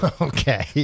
Okay